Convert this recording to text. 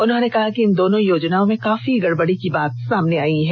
उन्होंने कहा कि इन दोनों योजनाओं में काफी गड़बड़ी की बात सामने आयी है